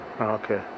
okay